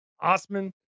Osman